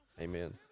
Amen